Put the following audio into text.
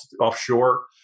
offshore